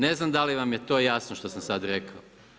Ne znam da li vam je to jasno što sam sad rekao.